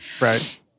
Right